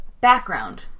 background